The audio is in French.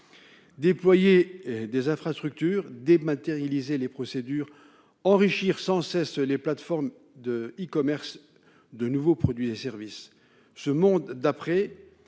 Déployer des infrastructures, dématérialiser les procédures, enrichir sans cesse les plateformes de e-commerce de nouveaux produits et services : ce monde d'après